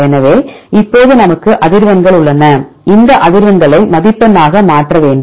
எனவே இப்போது நமக்கு அதிர்வெண்கள் உள்ளன இந்த அதிர்வெண்களை மதிப்பெண்ணாக மாற்ற வேண்டும்